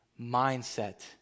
mindset